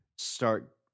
Start